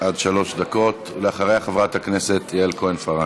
עד שלוש דקות, ואחריה, חברת הכנסת יעל כהן-פארן.